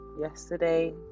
yesterday